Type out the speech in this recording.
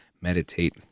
meditate